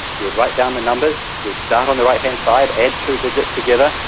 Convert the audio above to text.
you would write down the numbers, you would start on the right-hand side, add two digits together,